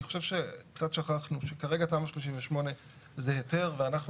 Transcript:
אני חושב שקצת שכחנו שכרגע תמ"א 38 זה היתר ואנחנו